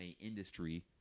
industry